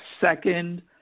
second